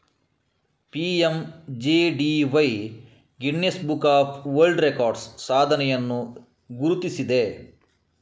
PMJDY Guinness Book of World Records ಸಾಧನೆಯನ್ನು ಗುರುತಿಸಿದೆ